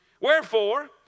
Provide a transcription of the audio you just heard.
Wherefore